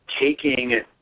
taking